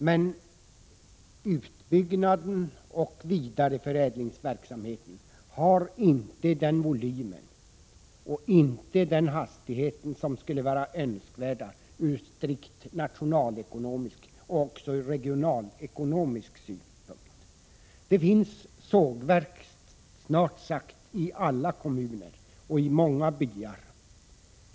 Men utbyggnaden av vidareförädlingsverksamheten har inte den volym och inte heller den snabbhet som är önskvärd från strikt nationalekonomiska och regionalpolitiska utgångspunkter. Det finns sågverk i snart sagt alla kommuner och i många byar.